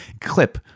clip